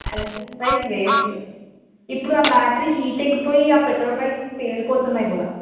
electrical bikes waste ఇప్పుడు ఆ battery heat ఎక్కిపోయి ఆ పెట్రోల్ బైక్స్ పేలిపోతున్నై కూడా